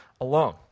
alone